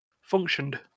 functioned